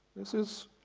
this is